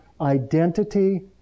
identity